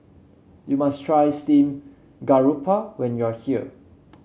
you must try Steamed Garoupa when you are here